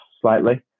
slightly